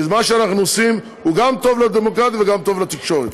כי מה שאנחנו עושים גם טוב לדמוקרטיה וגם טוב לתקשורת.